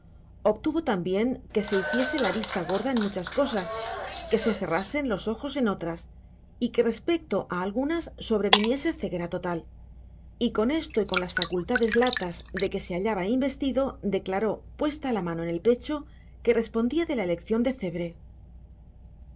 obtuvo también que se hiciese la vista gorda en muchas cosas que se cerrasen los ojos en otras y que respecto a algunas sobreviniese ceguera total y con esto y con las facultades latas de que se hallaba investido declaró puesta la mano en el pecho que respondía de la elección de cebre